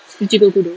ichikokudo